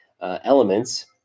elements